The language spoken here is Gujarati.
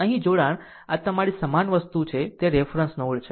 અહીં જોડાણ આ તમારી સમાન વસ્તુ છે તે રેફરન્સ નોડ છે